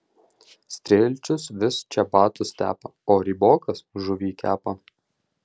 strielčius vis čebatus tepa o rybokas žuvį kepa